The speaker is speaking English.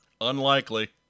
unlikely